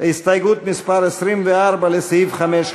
הסתייגות מס' 24 לסעיף 5(5)